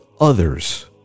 others